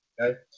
Okay